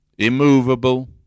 Immovable